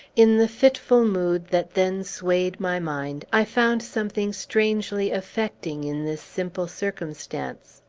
in the fitful mood that then swayed my mind, i found something strangely affecting in this simple circumstance.